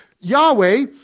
Yahweh